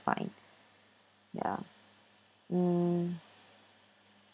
fine ya um